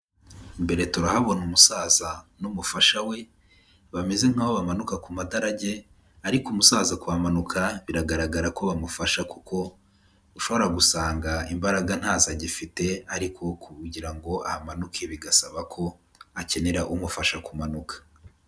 Imbere turahabona umusaza n'umufasha we, bameze nk'aho bamanuka ku madarage, ariko umusaza kuhamanuka biragaragara ko bamufasha kuko ushobora gusanga imbaraga ntazo agifite, ariko kugira ngo ahamanuke bigasaba ko akenera umufasha kumanuka.